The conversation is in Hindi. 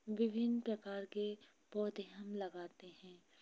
विभिन्न प्रकार के पौधे हम लगाते हैं